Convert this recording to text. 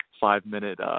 five-minute